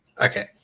Okay